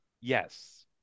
Yes